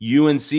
UNC